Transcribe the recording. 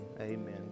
Amen